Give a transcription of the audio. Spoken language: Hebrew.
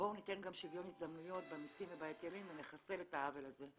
בואו ניתן גם שוויון הזדמנויות במיסים ובהיטלים ונחסל את העוול הזה.